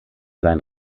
sein